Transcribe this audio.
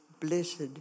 Blessed